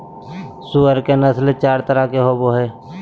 सूअर के नस्ल चार तरह के होवो हइ